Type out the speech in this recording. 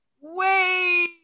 Wait